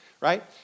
right